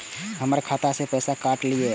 हमर खाता से पैसा काट लिए?